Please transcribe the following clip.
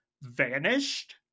vanished